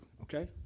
Okay